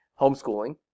homeschooling